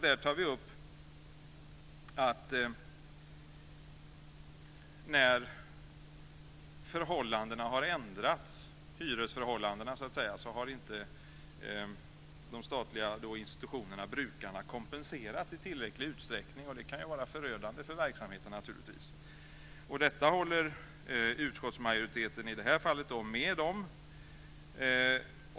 Där tar vi upp att när förhållandena har ändrats, hyresförhållandena, har inte de statliga institutionerna, brukarna, kompenserats i tillräcklig utsträckning. Det kan naturligtvis vara förödande för verksamheten. Detta håller utskottsmajoriteten i det här fallet med om.